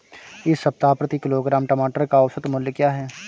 इस सप्ताह प्रति किलोग्राम टमाटर का औसत मूल्य क्या है?